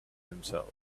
himself